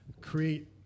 create